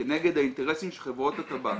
כנגד האינטרסים של חברות הטבק.